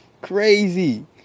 crazy